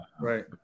Right